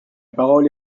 parole